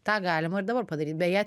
tą galima ir dabar padaryt beje